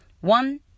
One